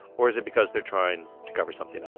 or was it because they're trying to cover something um